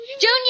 Junior